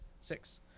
six